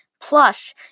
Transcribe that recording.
Plus